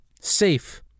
safe